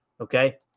okay